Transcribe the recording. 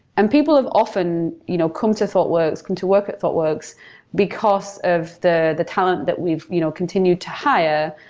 and people have often you know come to thoughtworks, come to work at thoughtworks because of the the talent that we've you know continued to hire,